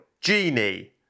Genie